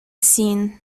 seen